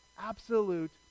absolute